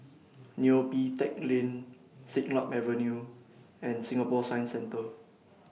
Neo Pee Teck Lane Siglap Avenue and Singapore Science Centre